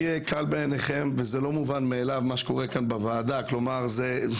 מה שקורה כאן בוועדה זה לא מובן מאליו.